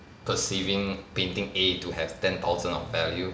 perceiving painting A to have ten thousand of value